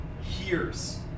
hears